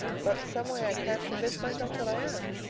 but some way i can't convince myself that i am.